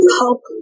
help